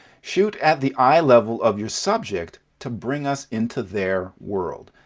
shoot at the eye level of your subject to bring us into their world,